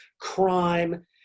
crime